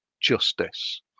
justice